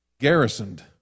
garrisoned